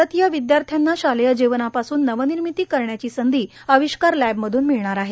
भारतीय विद्यार्थ्यांना शालेय जीवनापासूनच नवनिर्मिती करण्याची संधी अविष्कार लॅब मधून मिळणार आहे